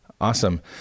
Awesome